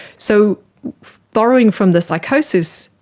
so borrowing from the psychosis